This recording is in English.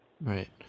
Right